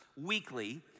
weekly